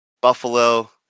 Buffalo